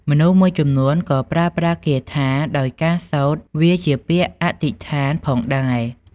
មនុស្សមួយចំនួនក៏ប្រើប្រាស់គាថាដោយការសូត្រវាជាពាក្យអធិស្ឋានផងដែរ។